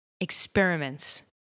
experiments